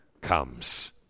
comes